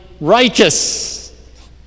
righteous